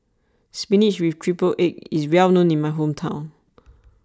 Spinach with Triple Egg is well known in my hometown